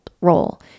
role